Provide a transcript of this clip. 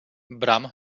bram